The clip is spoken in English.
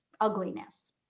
ugliness